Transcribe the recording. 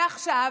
ועכשיו,